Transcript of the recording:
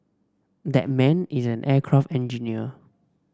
that man is an aircraft engineer